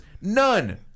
None